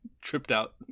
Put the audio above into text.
tripped-out